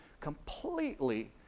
Completely